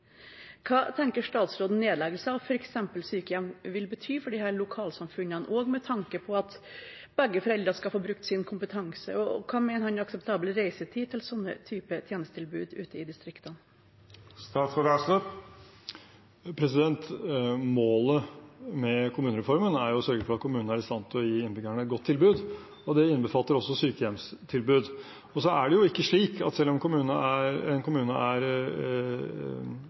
Hva tenker statsråden at nedleggelse av f.eks. sykehjem vil bety for disse lokalsamfunnene med tanke på at begge foreldre skal få brukt sin kompetanse, og hva mener han er akseptabel reisetid for den typen tjenestetilbud ute i distriktene? Målet med kommunereformen er å sørge for at kommunene er i stand til å gi innbyggerne et godt tilbud, og det innbefatter også sykehjemtilbud. Og så er det jo ikke slik at selv om en kommune er stor i areal, at tjenestene ikke må ytes der folk bor. Så det er